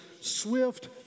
swift